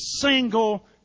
single